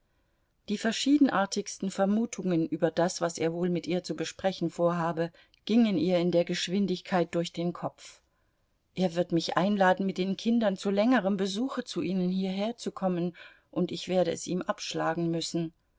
die verschiedenartigsten vermutungen über das was er wohl mit ihr zu besprechen vorhabe gingen ihr in der geschwindigkeit durch den kopf er wird mich einladen mit den kindern zu längerem besuche zu ihnen hierherzukommen und ich werde es ihm abschlagen müssen